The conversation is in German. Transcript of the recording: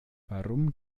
warum